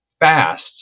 fast